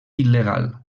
il·legal